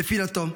נפילתו,